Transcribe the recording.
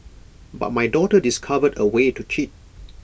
but my daughter discovered A way to cheat